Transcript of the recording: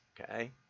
Okay